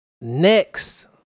Next